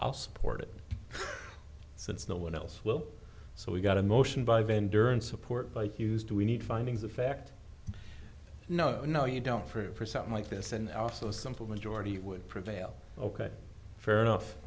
i'll support it since no one else will so we got a motion by vendor in support by q s do we need findings of fact no no you don't for something like this and also simple majority would prevail ok fair enough